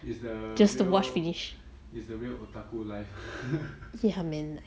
it's the real it's the real otaku life